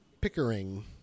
Pickering